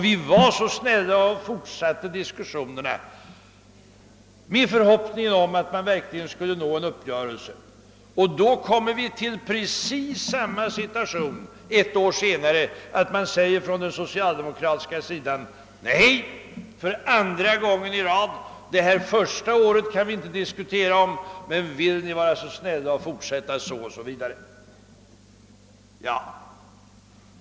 Vi var så snälla och fortsatte diskussionerna med förhoppning om att en uppgörelse verkligen skulle nås. Så kommer vi till december 1967. Då kommer vi till precis samma situation det året som året förut, och socialdemokraterna säger för andra gången: Nej, detta första år kan vi inte diskutera om, men vill ni vara så snälla och fortsätta osv.